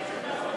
איך אתה יכול